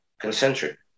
concentric